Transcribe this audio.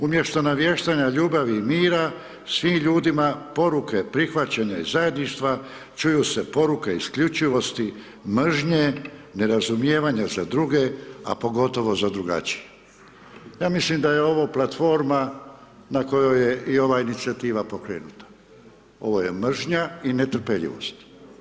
Umjesto navještene ljubavi i mira svim ljudima poruke prihvaćene zajedništva čuju se poruke isključivosti, mržnje, nerazumijevanja za druge, a pogotovo za drugačije.“ Ja mislim da je ovo platforma na kojoj je i ova inicijativa pokrenuta, ovo je mržnja i netrpeljivost.